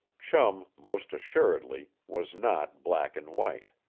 chum, most assuredly, was not black and white.